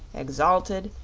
exalted,